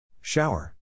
Shower